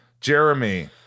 Jeremy